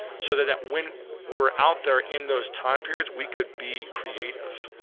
so that that when we were out there in those time periods, we could be creative,